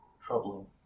Troubling